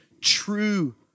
true